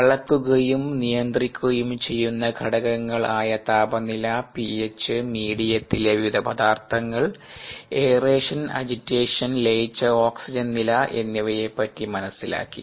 അളക്കുകയും നിയന്ത്രിക്കുകയും ചെയ്യുന്ന ഘടകങ്ങൾ ആയ താപനില പിഎച്ച് മീഡിയത്തിലെ വിവിധ പദാർഥങ്ങൾ എയറേഷൻ അജിറ്റേഷൻ ലയിച്ച ഓക്സിജൻ നില എന്നിവയെ പറ്റി മനസ്സിലാക്കി